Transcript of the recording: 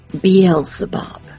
Beelzebub